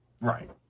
right